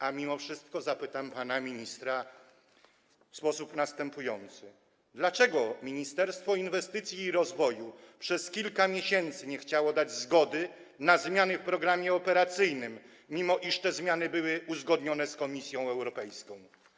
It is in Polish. A mimo wszystko zapytam pana ministra w sposób następujący: Dlaczego Ministerstwo Inwestycji i Rozwoju przez kilka miesięcy nie chciało dać zgody na zmiany w programie operacyjnym, mimo iż te zmiany były uzgodnione z Komisją Europejską?